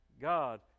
God